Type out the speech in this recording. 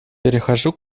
перехожу